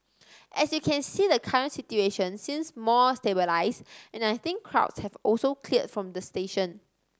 as you can see the current situation seems more stabilised and I think crowds have also cleared from the station